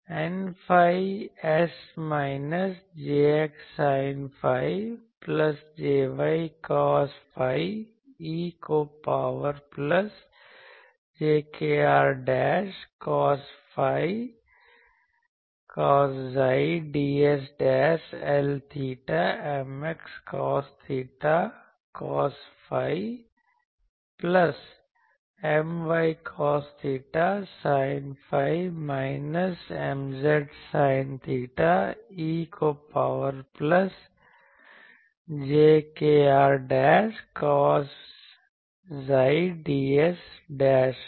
Nϕ S minus Jx sine phi plus Jy cos phi e को power plus j kr cos psi ds L𝚹 Mx cos theta cos phi plus My cos theta sine phi minus Mz sine theta e को power plus j kr cos psi ds है